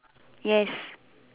yes